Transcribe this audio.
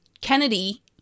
Kennedy